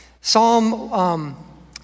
Psalm